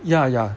ya ya